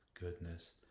goodness